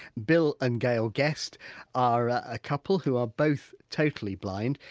bill and gale guest are a couple who are both totally blind,